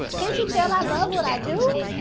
can't you tell i love what i do?